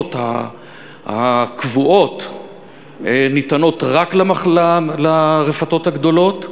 הקבועות ניתנות רק לרפתות הגדולות,